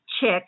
chick